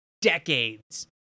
decades